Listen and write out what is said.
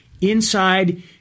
inside